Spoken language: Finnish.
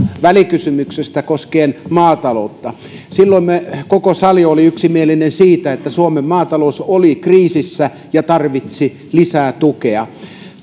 välikysymyksestä koskien maataloutta silloin koko sali oli yksimielinen siitä että suomen maatalous oli kriisissä ja tarvitsi lisää tukea